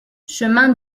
chemin